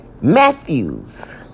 Matthews